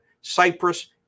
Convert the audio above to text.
Cyprus